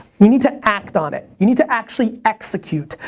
you need to act on it. you need to actually execute.